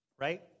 Right